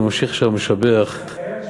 הוא ממשיך שם ומשבח, הוא מסיים משפט,